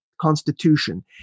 constitution